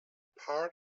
part